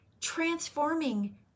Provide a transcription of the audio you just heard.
transforming